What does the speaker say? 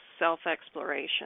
self-exploration